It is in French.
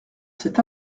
cet